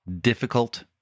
difficult